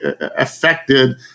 affected